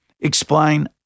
explain